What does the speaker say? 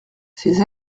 ces